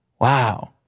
wow